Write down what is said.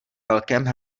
velkém